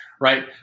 right